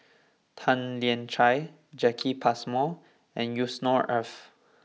Tan Lian Chye Jacki Passmore and Yusnor Ef